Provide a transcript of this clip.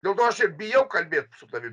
dėl to aš ir bijau kalbėt su tavimi